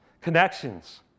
Connections